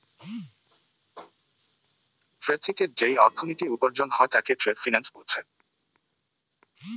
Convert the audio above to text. trade থিকে যেই অর্থনীতি উপার্জন হয় তাকে ট্রেড ফিন্যান্স বোলছে